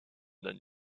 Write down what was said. dans